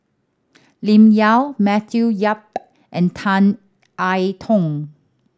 Lim Yau Matthew Yap and Tan I Tong